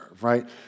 right